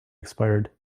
expired